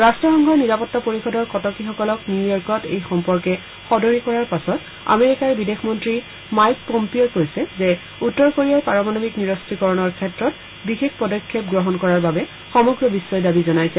ৰাট্টসংঘ নিৰাপত্তা পৰিষদৰ কটকীসকলক নিউয়ৰ্কত এই সম্পৰ্কে সদৰি কৰাৰ পাছত আমেৰিকাৰ বিদেশ মন্ত্ৰী মাইক পম্পিয়ই কৈছে যে উত্তৰ কোৰিয়াই পাৰমাণৱিক নিৰক্ৰীকৰণৰ ক্ষেত্ৰত বিশেষ পদক্ষেপ গ্ৰহণ কৰাৰ বাবে সমগ্ৰ বিশ্বই দাবী জনাইছে